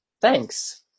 Thanks